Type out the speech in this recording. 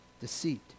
deceit